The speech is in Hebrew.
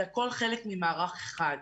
זה הכול חלק ממערך אחד.